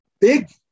big